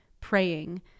praying